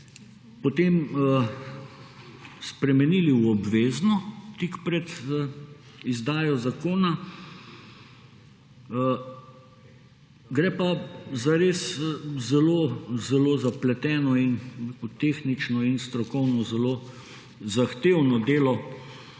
potem spremenili v obvezno tik pred izdajo zakona. Gre pa zares za zelo zelo zapleteno tehnično in strokovno zelo zahtevno delo,